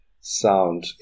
sound